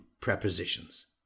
prepositions